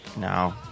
No